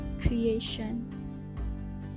creation